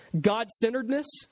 God-centeredness